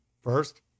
first